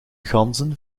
ganzen